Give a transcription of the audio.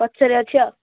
ପଛରେ ଅଛି ଆଉ